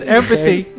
empathy